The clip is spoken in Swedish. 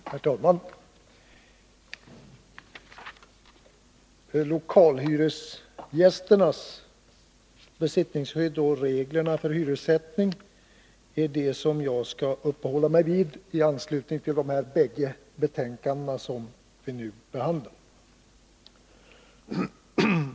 Herr talman! Lokalhyresgästernas besittningsskydd och reglerna för hyressättning är det som jag skall uppehålla mig vid i anslutning till de bägge betänkanden som vi nu behandlar.